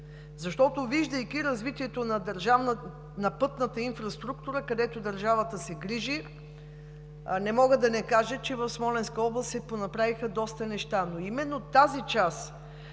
виждайки развитието на пътната инфраструктура, където държавата се грижи. Не мога да не кажа, че в Смолянска област се понаправиха доста неща,